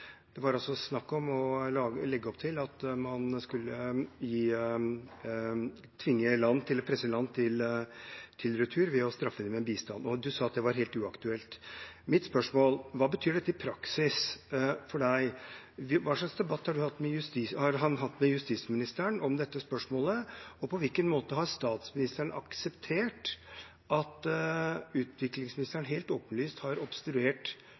Det var snakk om å legge opp til at man skulle presse land til retur ved å straffe dem på bistandsområdet. Statsråden sa at det var helt uaktuelt. Mitt spørsmål er: Hva betyr dette i praksis for deg? Hva slags debatt har statsråden hatt med justisministeren om dette spørsmålet? Og på hvilken måte har statsministeren akseptert at utviklingsministeren helt åpenlyst har obstruert